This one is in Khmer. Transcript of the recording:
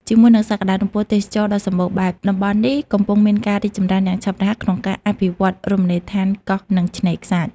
ជាមួយនឹងសក្តានុពលទេសចរណ៍ដ៏សម្បូរបែប តំបន់នេះកំពុងមានការរីកចម្រើនយ៉ាងឆាប់រហ័សក្នុងការអភិវឌ្ឍរមណីយដ្ឋានកោះ និងឆ្នេរខ្សាច់។